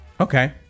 Okay